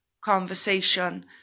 conversation